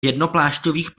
jednoplášťových